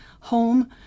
home